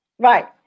Right